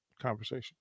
conversation